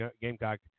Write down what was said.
Gamecock